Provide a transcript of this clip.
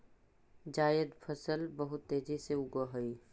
जायद फसल बहुत तेजी से उगअ हई